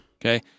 Okay